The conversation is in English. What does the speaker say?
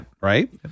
right